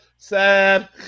Sad